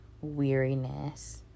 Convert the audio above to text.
weariness